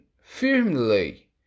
firmly